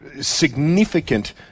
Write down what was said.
significant